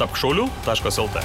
tapk šauliu taškas lt